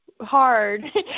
hard